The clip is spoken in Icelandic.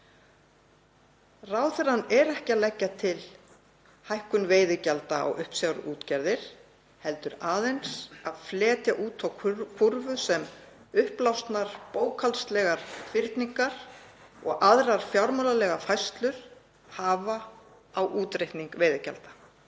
ráðherra er ekki að leggja til hækkun veiðigjalda á uppsjávarútgerðir heldur aðeins að fletja út þá kúrfu sem uppblásnar bókhaldslegar fyrningar og aðrar fjármálalegar færslur hafa á útreikning veiðigjalda.